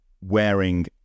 wearing